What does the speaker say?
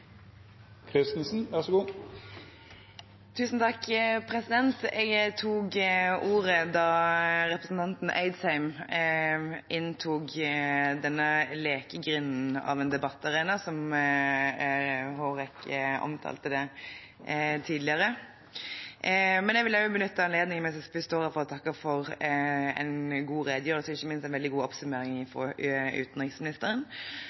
Jeg tok ordet fordi representanten Eidsheim inntok denne lekegrinden av en debattarena, som Hårek Elvenes omtalte det som tidligere. Men jeg vil benytte anledningen mens jeg står her til å takke for en god redegjørelse, og ikke minst en veldig god oppsummering